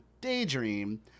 Daydream